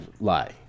lie